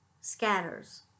scatters